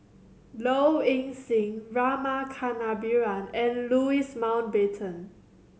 Low Ing Sing Rama Kannabiran and Louis Mountbatten